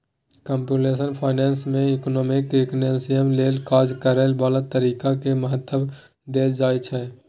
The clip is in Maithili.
कंप्यूटेशनल फाइनेंस में इकोनामिक एनालिसिस लेल काज करए बला तरीका के महत्व देल जाइ छइ